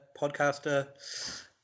podcaster